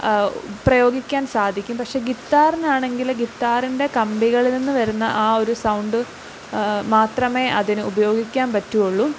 ആ പ്രയോഗിക്കാൻ സാധിക്കും പക്ഷേ ഗിത്താറിനാണെങ്കിൽ ഗിത്താറിൻ്റെ കമ്പികളിൽ നിന്ന് വരുന്ന ആ ഒരു സൗണ്ട് മാത്രമേ അതിന് ഉപയോഗിക്കാൻ പറ്റുകയുള്ളു